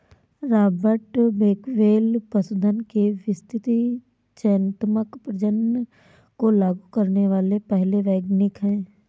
Robert Bakewell पशुधन के व्यवस्थित चयनात्मक प्रजनन को लागू करने वाले पहले वैज्ञानिक है